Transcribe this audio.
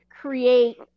create